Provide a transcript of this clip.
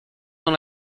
dans